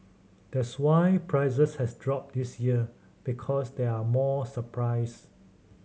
that's why prices has dropped this year because there are more surprise